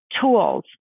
tools